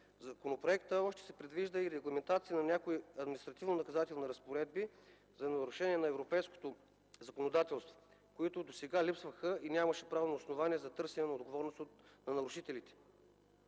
законопроекта още се предвижда и регламентацията на някои административнонаказателни разпоредби за нарушения на европейското законодателство, които досега липсваха и нямаше правно основание за търсене на отговорност на нарушителите.